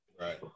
Right